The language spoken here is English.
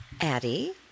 Addie